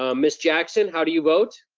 ah miss jackson, how do you vote?